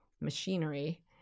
machinery